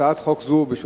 זו הצעת חוק בשותפות,